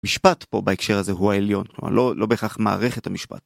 משפט פה בהקשר הזה הוא העליון לא לא בהכרח מערכת המשפט.